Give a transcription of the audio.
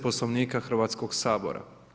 Poslovnika Hrvatskog sabora.